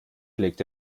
legte